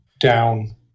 down